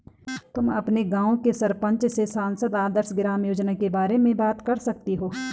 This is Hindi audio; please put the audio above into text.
तुम अपने गाँव के सरपंच से सांसद आदर्श ग्राम योजना के बारे में बात कर सकती हो